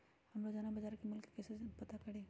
हम रोजाना बाजार मूल्य के जानकारी कईसे पता करी?